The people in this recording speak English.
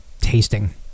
tasting